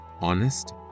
honest